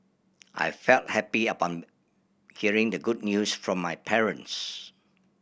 I felt happy upon hearing the good news from my parents